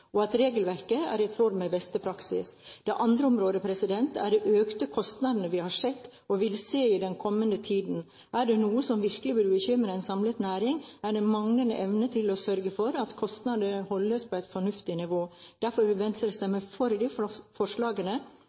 og at regelverket er i tråd med beste praksis. Det andre området er de økte kostnadene vi har sett, og vil se, i den kommende tiden. Er det noe som virkelig burde bekymre en samlet næring, er det manglende evne til å sørge for at kostnadene holdes på et fornuftig nivå. Derfor vil Venstre stemme for de forslagene